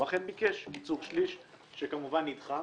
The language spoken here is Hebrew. הוא אכן ביקש קיצור שליש שכמובן נדחה